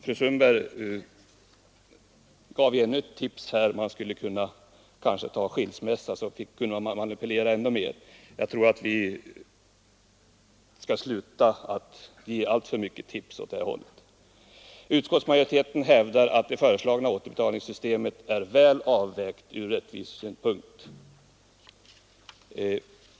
— Fru Sundberg gav här ytterligare ett tips om hur man kunde göra: man kunde ta ut skilsmässa, så kunde man manipulera ändå mer! Jag tycker vi bör sluta upp med att ge alltför många sådana tips. Utskottsmajoriteten hävdar att det föreslagna återbetalningssystemet är väl avvägt från rättvisesynpunkt.